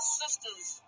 sisters